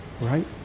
Right